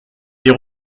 est